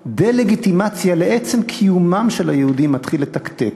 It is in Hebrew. הדה-לגיטימציה לעצם קיומם של היהודים מתחיל לתקתק.